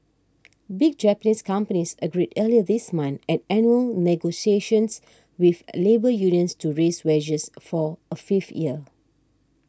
big Japanese companies agreed earlier this month at annual negotiations with labour unions to raise wages for a fifth year